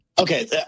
Okay